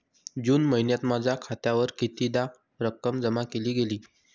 जून महिन्यात माझ्या खात्यावर कितीदा रक्कम जमा केली गेली?